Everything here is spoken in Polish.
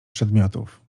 przedmiotów